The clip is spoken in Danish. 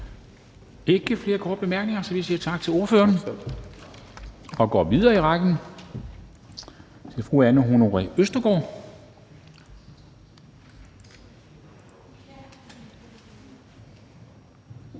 ikke flere korte bemærkninger, så vi siger tak til ordføreren og går videre i rækken til fru Anne Honoré Østergaard,